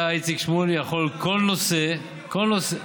אתה, איציק שמולי, יכול בכל נושא, כל נושא,